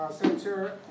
Center